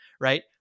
Right